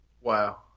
wow